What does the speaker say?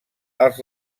als